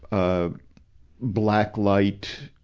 ah black light,